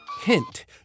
hint